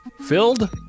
filled